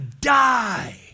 die